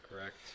correct